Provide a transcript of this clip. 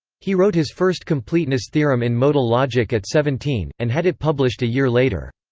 he wrote his first completeness theorem in modal logic at seventeen, and had it published a year later.